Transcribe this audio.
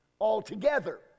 altogether